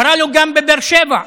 קרה לו גם בבאר שבע,